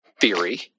theory